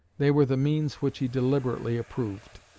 they were the means which he deliberately approved.